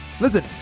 listen